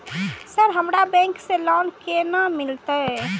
Sir हमरा bank से loan केना मिलते?